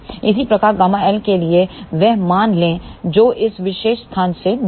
इसी प्रकार ΓL के लिए वह मान ले जो इस विशेष स्थान से दूर हो